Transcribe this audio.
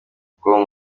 uko